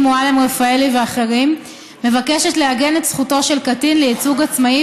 מועלם-רפאלי ואחרים מבקשת לעגן את זכותו של קטין לייצוג עצמאי